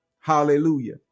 Hallelujah